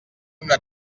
una